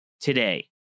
today